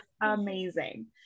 amazing